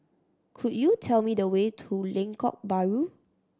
could you tell me the way to Lengkok Bahru